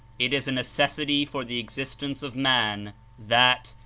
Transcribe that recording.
it is a necessity for the existence of man that,